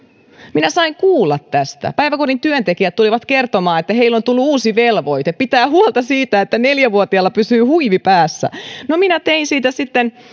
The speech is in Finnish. minä sain kuulla tästä päiväkodin työntekijät tulivat kertomaan että heille on tullut uusi velvoite pitää huolta siitä että neljävuotiaalla pysyy huivi päässä no minä tein siitä sitten